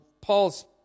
Paul's